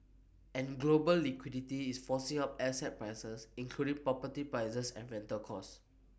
and global liquidity is forcing up asset prices including property prices and rental costs